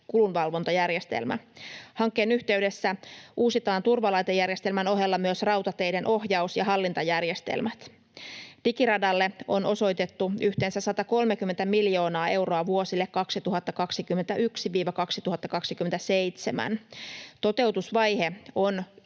ERTMS-kulunvalvontajärjestelmä. Hankkeen yhteydessä uusitaan turvalaitejärjestelmän ohella myös rautateiden ohjaus‑ ja hallintajärjestelmät. Digiradalle on osoitettu yhteensä 130 miljoonaa euroa vuosille 2021–2027. Toteutusvaihe on